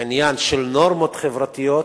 עניין של נורמות חברתיות,